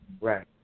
Right